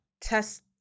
test